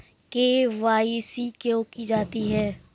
KYC क्यों की जाती है?